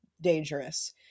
dangerous